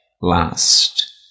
last